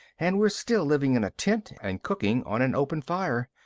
and we're still living in a tent and cooking on an open fire.